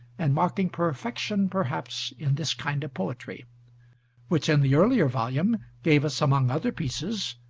and marking perfection, perhaps, in this kind of poetry which, in the earlier volume, gave us, among other pieces,